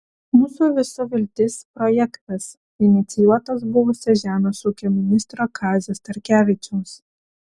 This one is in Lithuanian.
mūsų visų viltis projektas inicijuotas buvusio žemės ūkio ministro kazio starkevičiaus